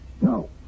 No